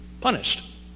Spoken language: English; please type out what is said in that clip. punished